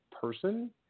person